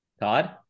Todd